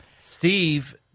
Steve –